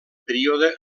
període